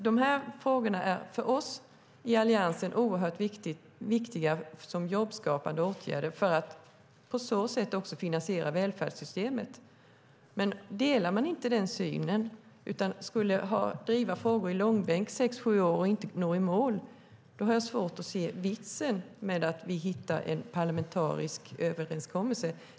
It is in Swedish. De här åtgärderna är för oss i Alliansen oerhört viktiga frågor när det gäller jobbskapande, och de finansierar välfärdssystemet. Skulle vi driva frågor i långbänk i sex sju år och inte nå i mål eftersom vi inte delar syn på detta har jag svårt att se vitsen i att vi når en parlamentarisk överenskommelse.